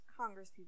congresspeople